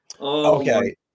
Okay